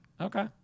Okay